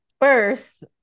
First